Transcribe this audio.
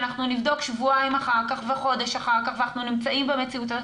אנחנו נבדוק שבועיים אחר כך וחודש אחר כך ואנחנו נמצאים במציאות הזו,